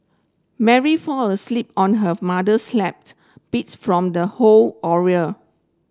Mary fall asleep on her mother's lap beats from the whole